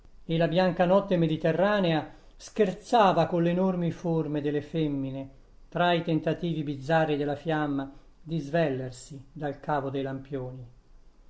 e la bianca notte mediterranea scherzava colle enormi forme delle femmine tra i tentativi bizzarri della fiamma di svellersi dal cavo dei lampioni